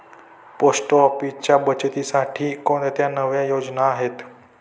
Post ऑफिसच्या बचतीसाठी कोणत्या नव्या योजना आहेत?